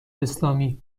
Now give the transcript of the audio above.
اسلامی